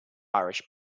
irish